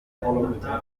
laboratwari